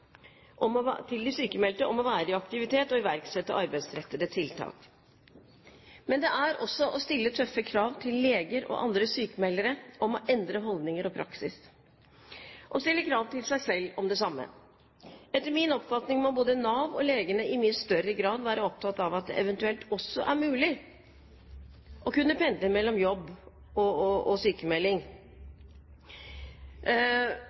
være i aktivitet, og å iverksette arbeidsrettede tiltak. Men det er også å stille tøffe krav til leger og andre sykmeldere om å endre holdninger og praksis, og å stille krav til seg selv om det samme. Etter min oppfatning må både Nav og legene i mye større grad være opptatt av at det eventuelt også er mulig å pendle mellom jobb og sykmelding, og at det gjøres i altfor liten grad. Aktiv sykmelding og